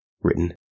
written